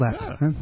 left